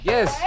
Yes